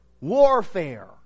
Warfare